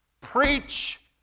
Preach